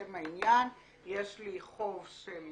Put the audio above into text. לשם העניין יש לי חוב של